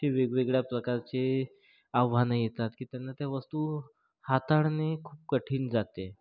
ही वेगवेगळ्या प्रकारचे आव्हाने येतात की त्यांना त्या वस्तू हाताळणे खूप कठीण जाते